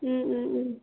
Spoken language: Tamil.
ம்ம்ம்